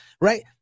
Right